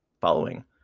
following